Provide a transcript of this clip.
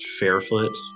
fairfoot